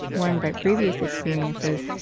warned by previous experiences,